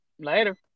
Later